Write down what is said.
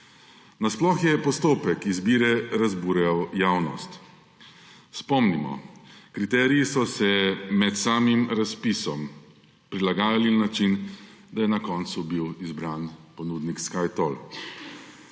Nasploh je postopek izbire razburjal javnost. Spomnimo, kriteriji so se med samim razpisom prilagajali na način, da je na koncu bil izbran ponudnik SkyToll.